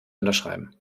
unterschreiben